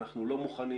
אנחנו לא מוכנים,